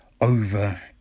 Over